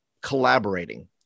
collaborating